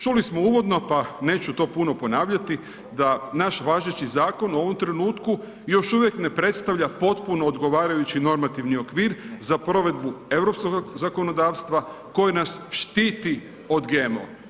Čuli smo uvodno pa neću to puno ponavljati da naš važeći zakon u ovom trenutku još uvijek ne predstavlja potpuno odgovarajući normativni okvir za provedbu europskog zakonodavstva koje nas štitit od GMO.